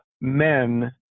men